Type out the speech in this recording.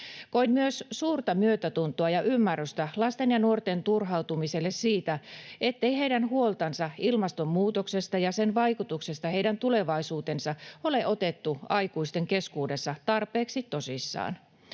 Koin myös suurta myötätuntoa ja ymmärrystä lasten ja nuorten turhautumiselle siitä, ettei heidän huoltansa ilmastonmuutoksesta ja sen vaikutuksesta heidän tulevaisuuteensa ole otettu aikuisten keskuudessa tarpeeksi tosissaan.